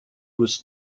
was